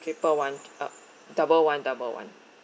triple one uh double one double one